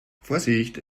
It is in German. vorsichtig